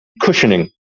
cushioning